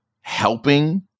helping